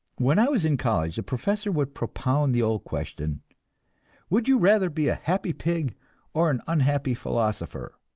when i was in college the professor would propound the old question would you rather be a happy pig or an unhappy philosopher?